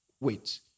wait